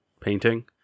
painting